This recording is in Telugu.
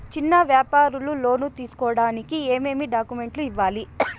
చిన్న వ్యాపారులు లోను తీసుకోడానికి ఏమేమి డాక్యుమెంట్లు ఇవ్వాలి?